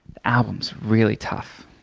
album's really tough.